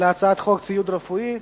על הצעת חוק ציוד רפואי,